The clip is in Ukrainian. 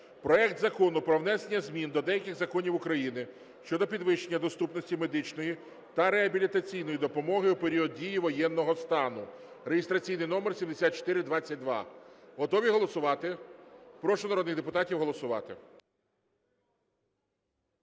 Проект Закону про внесення змін до деяких законів України щодо підвищення доступності медичної та реабілітаційної допомоги в період дії воєнного стану (реєстраційний номер 7422). Готові голосувати? Прошу народних депутатів голосувати.